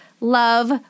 Love